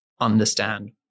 understand